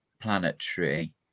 planetary